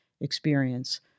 experience